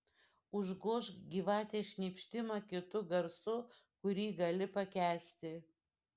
užgožk gyvatės šnypštimą kitu garsu kurį gali pakęsti